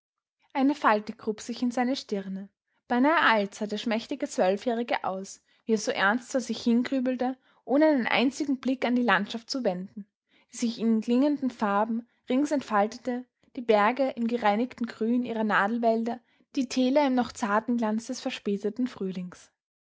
eine falte grub sich in seine stirne beinahe alt sah der schmächtige zwölfjährige aus wie er so ernst vor sich hin grübelte ohne einen einzigen blick an die landschaft zu wenden die sich in klingenden farben rings entfaltete die berge im gereinigten grün ihrer nadelwälder die täler im noch zarten glanz des verspäteten frühlings